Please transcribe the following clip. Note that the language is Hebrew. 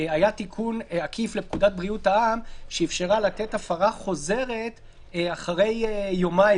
היה תיקון עקיף לפקודת בריאות העם שאפשרה לתת הפרה חוזרת אחרי יומיים.